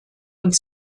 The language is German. und